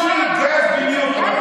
פול גז בניוטרל.